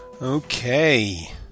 Okay